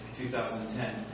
2010